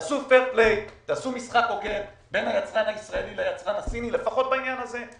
תעשו משחק הוגן בין היצרן הישראלי ליצרן בחו"ל בעניין הזה,